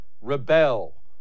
rebel